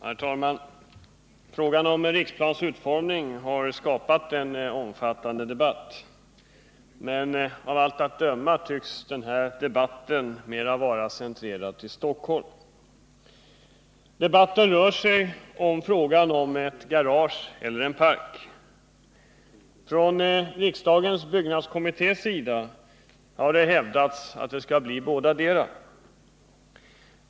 Herr talman! Frågan om Riksplans utformning har skapat en omfattande debatt. Men den debatten tycks av allt att döma vara centrerad till Stockholm. Debatten rör frågan om ett garage eller en park. Riksdagens byggnadskommitté har hävdat att det skall bli bådadera.